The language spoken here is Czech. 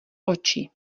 oči